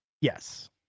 Yes